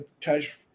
touch